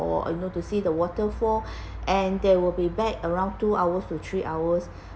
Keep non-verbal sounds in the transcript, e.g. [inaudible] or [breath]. walk or you know to see the waterfall [breath] and they will be back around two hours to three hours